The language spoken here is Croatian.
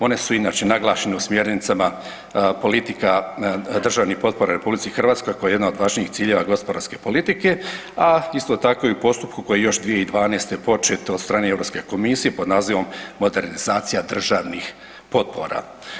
One su inače naglašene u smjernicama politika državnih potpora RH koja je jedna od važnijih ciljeva gospodarske politike, a isto tako i u postupku koji je još 2012. počet od strane Europske komisije pod nazivom modernizacija držanih potpora.